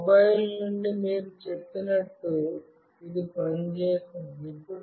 రెండు మొబైల్ల నుండి మీరు చెప్పినట్లు ఇది పని చేస్తుంది